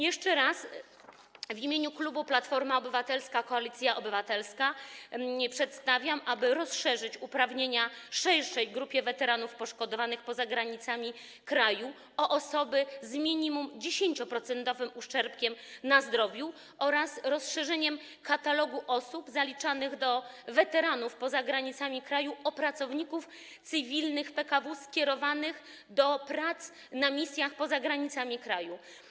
Jeszcze raz w imieniu klubu Platforma Obywatelska - Koalicja Obywatelska proponuję, aby rozszerzyć uprawnienia, rozszerzyć grupę weteranów poszkodowanych poza granicami kraju o osoby z minimum 10-procentowym uszczerbkiem na zdrowiu oraz rozszerzyć katalog osób zaliczanych do weteranów poza granicami kraju o pracowników cywilnych PKW skierowanych do prac na misjach poza granicami kraju.